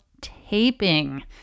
taping